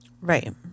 Right